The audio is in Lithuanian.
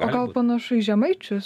o gal panašu į žemaičius